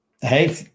Hey